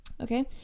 Okay